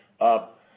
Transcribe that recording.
up